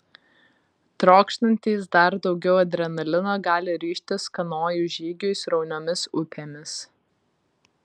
trokštantys dar daugiau adrenalino gali ryžtis kanojų žygiui srauniomis upėmis